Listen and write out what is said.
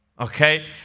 Okay